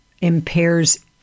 impairs